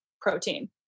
protein